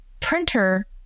printer